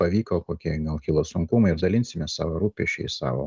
pavyko kokie gal kilo sunkumai ir dalinsimės savo rūpesčiais savo